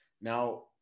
Now